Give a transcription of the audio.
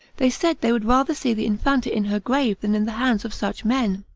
they said they would rather see the infanta in her grave than in the hands of such men.